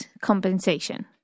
compensation